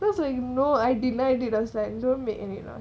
cause you know I deny it was like don't make any noise